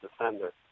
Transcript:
Defender